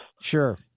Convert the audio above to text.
Sure